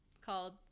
called